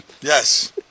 Yes